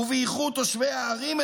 ובייחוד יושבי הערים,